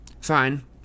Fine